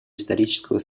исторического